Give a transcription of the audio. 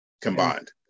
combined